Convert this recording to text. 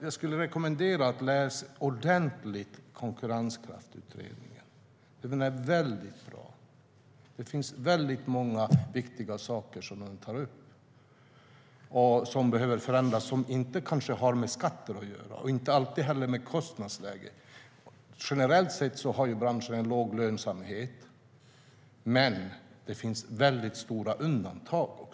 Jag skulle rekommendera att ni läste Konkurrenskraftsutredningens betänkande ordentligt, för den är mycket bra. Den tar upp många viktiga saker som behöver ändras, sådant som kanske inte har med skatter att göra och inte heller alltid med kostnadsläget. Generellt sett har branschen låg lönsamhet, men det finns stora undantag.